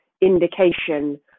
indication